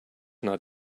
not